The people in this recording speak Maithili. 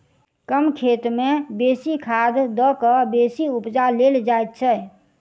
कम खेत मे बेसी खाद द क बेसी उपजा लेल जाइत छै